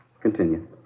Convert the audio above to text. Continue